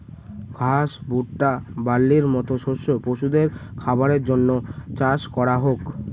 ঘাস, ভুট্টা, বার্লির মতো শস্য পশুদের খাবারের জন্য চাষ করা হোক